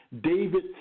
David